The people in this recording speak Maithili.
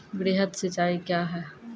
वृहद सिंचाई कया हैं?